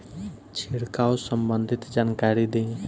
छिड़काव संबंधित जानकारी दी?